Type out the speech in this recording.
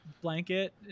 blanket